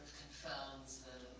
confounds